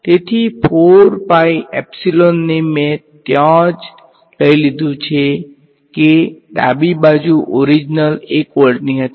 તેથી ને મેં ત્યાં લઈ લીધું છે કે ડાબી બાજુ ઓરીજનલી 1 વોલ્ટની હતી